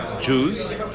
Jews